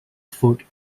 food